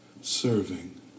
serving